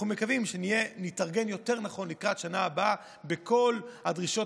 אנחנו מקווים שנתארגן יותר נכון לקראת השנה הבאה בכל הדרישות